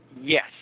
Yes